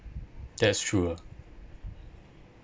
that's true ah